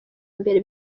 mbere